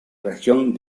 reacción